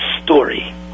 story